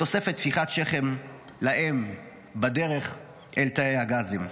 בתוספת טפיחת שכם לאם בדרך אל תאי הגזים.